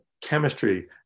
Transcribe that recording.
chemistry